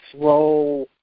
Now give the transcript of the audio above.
slow